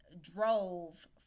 drove